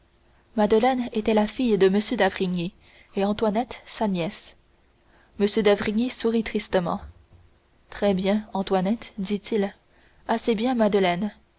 madeleine était la fille de m d'avrigny et antoinette sa nièce m d'avrigny sourit tristement très bien antoinette dit-il assez bien madeleine